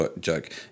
joke